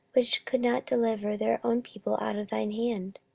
which could not deliver their own people out of thine hand?